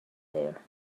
there